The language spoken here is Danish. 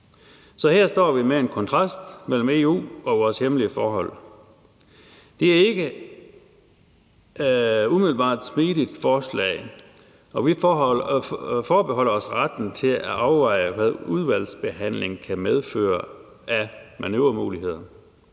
Så her står vi med en kontrast mellem EU og vores hjemlige forhold. Det er umiddelbart ikke et smidigt forslag, og vi forbeholder os retten til at afveje, hvad udvalgsbehandlingen kan medføre af manøvremuligheder.